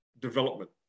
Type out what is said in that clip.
development